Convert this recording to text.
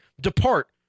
depart